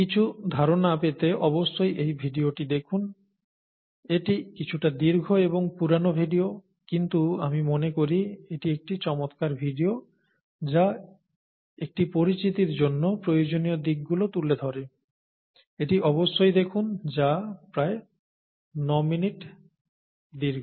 কিছু ধারনা পেতে অবশ্যই এই ভিডিওটি দেখুন এটি কিছুটা দীর্ঘ এবং পুরানো ভিডিও কিন্তু আমি মনে করি এটি একটি চমৎকার ভিডিও যা একটি পরিচিতির জন্য প্রয়োজনীয় দিকগুলো তুলে ধরে এটি অবশ্যই দেখুন যা প্রায় 9 মিনিট দীর্ঘ